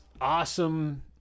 awesome